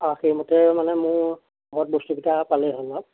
আৰু সেইমতে মানে মোৰ ঘৰত বস্তুকেইটা পালেই হ'ল আৰু